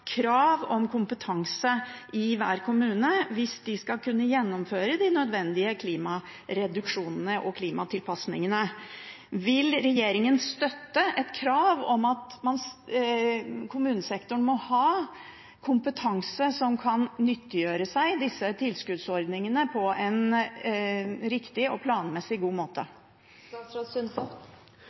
krav om kompetanse i hver kommune hvis de skal kunne gjennomføre de nødvendige klimagassreduksjonene og klimatilpassingene. Vil regjeringen støtte et krav om at kommunesektoren må ha kompetanse som kan nyttiggjøre seg disse tilskuddsordningene på en riktig og planmessig god